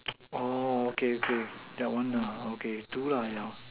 oh okay okay that one lah okay do